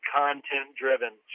content-driven